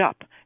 up